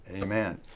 Amen